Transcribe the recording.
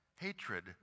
hatred